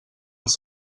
els